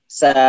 sa